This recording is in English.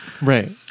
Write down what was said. Right